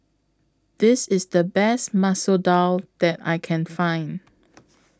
This IS The Best Masoor Dal that I Can Find